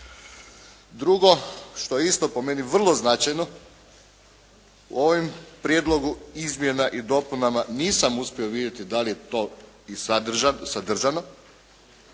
Drugo što je isto po meni vrlo značajno u ovom prijedlogu izmjena i dopuna, nisam uspio vidjeti da li je to i sadržano,